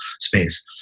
space